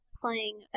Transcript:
playing